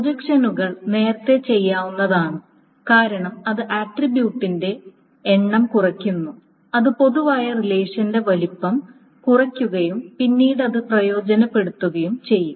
പ്രൊജക്ഷനുകൾ നേരത്തേ ചെയ്യാവുന്നതാണ് കാരണം അത് ആട്രിബ്യൂട്ടിന്റെ എണ്ണം കുറയ്ക്കുന്നു അത് പൊതുവായ റിലേഷന്റെ വലുപ്പം കുറയ്ക്കുകയും പിന്നീട് അത് പ്രയോജനപ്പെടുത്തുകയും ചെയ്യും